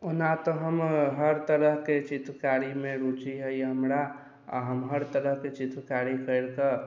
ओना तऽ हम हर तरहके चित्रकारीमे रुचि हइ हमरा आ हम हर तरहके चित्रकारी करि कऽ